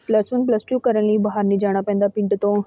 plus one plus two ਕਰਨ ਲਈ ਬਾਹਰ ਨਹੀਂ ਜਾਣਾ ਪੈਂਦਾ ਪਿੰਡ ਤੋਂ